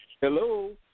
Hello